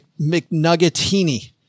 McNuggetini